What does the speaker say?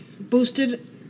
boosted